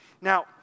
Now